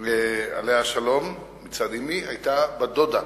עליה השלום מצד אמי, היתה בת-דודה